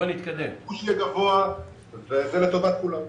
זה לטובתך כולם.